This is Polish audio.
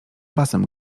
basem